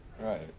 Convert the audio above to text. Right